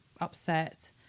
upset